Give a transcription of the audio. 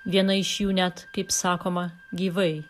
viena iš jų net kaip sakoma gyvai